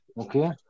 okay